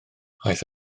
aeth